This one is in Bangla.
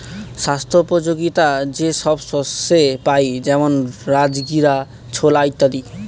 স্বাস্থ্যোপযোগীতা যে সব শস্যে পাই যেমন রাজগীরা, ছোলা ইত্যাদি